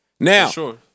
Now